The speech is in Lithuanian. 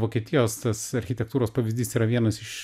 vokietijos tas architektūros pavyzdys yra vienas iš